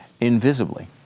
invisibly